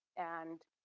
and